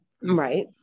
right